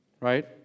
right